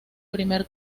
primer